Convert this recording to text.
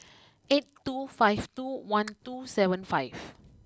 eight two five two one two seven five